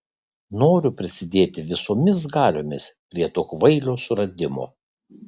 noriu prisidėti visomis galiomis prie to kvailio suradimo